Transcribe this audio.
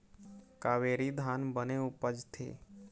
कावेरी धान बने उपजथे?